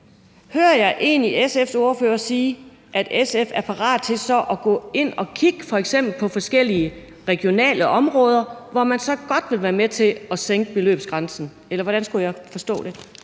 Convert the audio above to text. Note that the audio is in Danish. Hører jeg egentlig SF's ordfører sige, at SF er parat til så at gå ind at kigge på f.eks. forskellige regionale områder, hvor man så godt vil være med til at sænke beløbsgrænsen, eller hvordan skulle jeg forstå det?